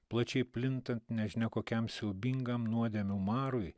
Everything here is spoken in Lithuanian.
plačiai plinta nežinia kokiam siaubingam nuodėmių marui